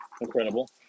Incredible